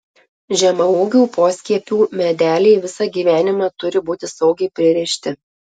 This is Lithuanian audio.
žemaūgių poskiepių medeliai visą gyvenimą turi būti saugiai pririšti